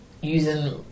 using